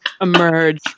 emerge